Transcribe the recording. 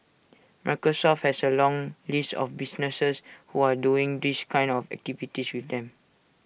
Microsoft has A long list of businesses who are doing these kind of activities with them